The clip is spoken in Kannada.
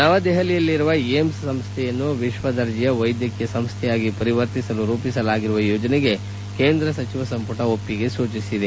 ನವದೆಹಲಿಯಲ್ಲಿರುವ ಏಮ್ಸ್ ಸಂಸ್ಥೆಯನ್ನು ವಿಶ್ವ ದರ್ಜೆಯ ವ್ಯೆದ್ಗಕೀಯ ವಿಶ್ವಸಂಸ್ಥೆಯಾಗಿ ಪರಿವರ್ತಿಸಲು ರೂಪಿಸಲಾಗಿರುವ ಯೋಜನೆಗೆ ಕೇಂದ್ರ ಸಚಿವ ಸಂಪುಟ ಒಪ್ಪಿಗೆ ಸೂಚಿಸಿದೆ